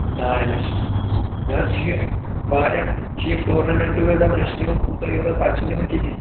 ڈاے لَچھ نہ حظ یہِ چھِ واریاہ چھِ یِم ٹورنامٮ۪نٛٹ وٲلۍ دَپان أسۍ چھِ دِوان ہوٗتاہ یوٗتاہ پَتہٕ چھِنہٕ دِوان کِہیٖنۍ